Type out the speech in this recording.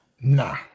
nah